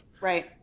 Right